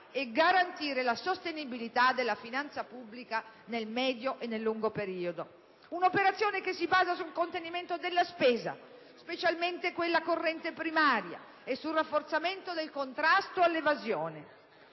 e garantire la sostenibilità della finanza pubblica nel medio e nel lungo periodo. Un'operazione che si basa sul contenimento della spesa, specialmente quella corrente primaria, e sul rafforzamento del contrasto all'evasione;